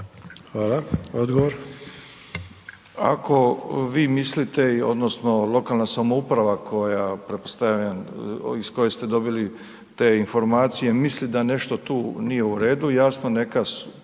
**Milatić, Ivo** Ako vi mislite odnosno lokalna samouprava koja pretpostavljam iz koje ste dobili te informacije misli da nešto tu nije u redu, jasno, neka